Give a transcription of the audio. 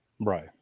right